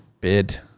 bid